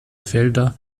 felder